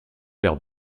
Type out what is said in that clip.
verre